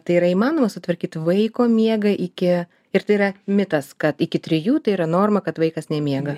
tai yra įmanoma sutvarkyt vaiko miegą iki ir tai yra mitas kad iki trijų tai yra norma kad vaikas nemiega